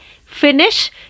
finish